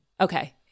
Okay